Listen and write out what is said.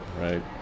Right